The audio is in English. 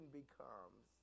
becomes